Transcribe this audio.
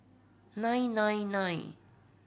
nine nine nine